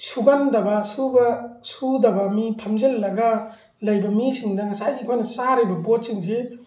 ꯁꯨꯒꯟꯗꯕ ꯁꯨꯕ ꯁꯨꯗꯕ ꯃꯤ ꯐꯝꯖꯜꯂꯒ ꯂꯩꯕ ꯃꯤꯁꯤꯡꯗ ꯉꯁꯥꯏꯒꯤ ꯑꯩꯈꯣꯏꯅ ꯆꯥꯔꯤꯕ ꯄꯣꯠꯁꯤꯡꯁꯤ